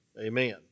amen